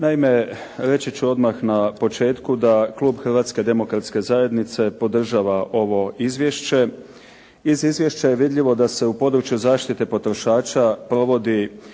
Naime, reći ću odmah na početku da klub Hrvatske demokratske zajednice podržava ovo izvješće. Iz izvješća je vidljivo da se u području zaštite potrošača provodi